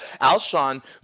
Alshon